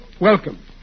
welcome